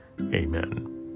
Amen